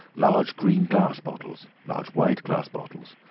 large green-glass bottles, large white-glass bottles,